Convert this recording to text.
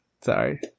Sorry